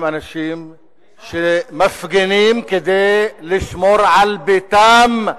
אנשים שמפגינים כדי לשמור על ביתם,